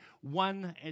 one